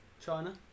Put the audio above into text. China